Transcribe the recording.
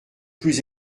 plus